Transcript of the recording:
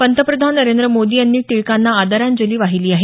पंतप्रधान नरेंद्र मोदी यांनी टिळकांना आदरांजली वाहिली आहे